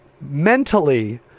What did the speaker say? Mentally